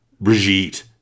Brigitte